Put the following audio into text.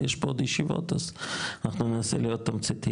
ויש פה עוד ישיבות אז אנחנו ננסה להיות תמציתיים.